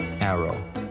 Arrow